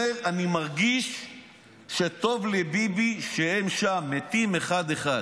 אומר: אני מרגיש שטוב לביבי שהם שם מתים אחד אחד.